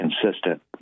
consistent